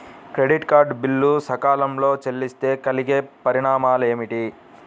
Credit card bill సకాలంలో చెల్లిస్తే కలిగే పరిణామాలేమిటి?